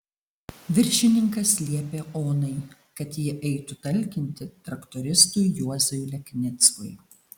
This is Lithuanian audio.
viršininkas liepė onai kad ji eitų talkinti traktoristui juozui leknickui